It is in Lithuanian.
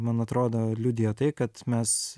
man atrodo liudija tai kad mes